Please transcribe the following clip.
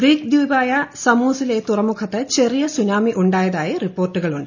Greek ദ്വീപായ സമോസിലെ തുറമുഖത്ത് ചെറിയ സുനാമി ഉണ്ടായതായി റിപ്പോർട്ടുകളുണ്ട്